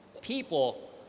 people